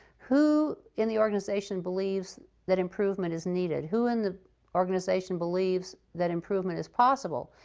who in the organization believes that improvement is needed? who in the organization believes that improvement is possible?